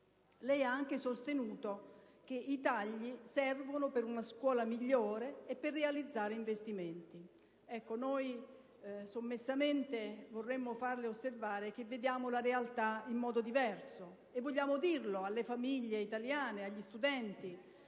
ed ha anche sostenuto che i tagli servono per una scuola migliore e per realizzare investimenti. Noi, sommessamente, vorremmo farle osservare che vediamo la realtà in modo diverso, e vogliamo dirlo alle famiglie italiane e agli studenti: